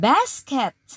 Basket